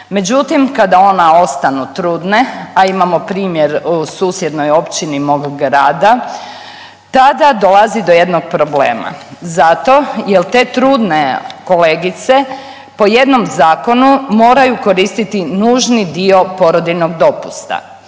međutim kada one ostanu trudne, a imamo primjer u susjednoj općini moga grada, tada dolazi do jednog problema zato jel te trudne kolegice po jednom zakonu moraju koristiti nužni dio porodiljskog dopusta,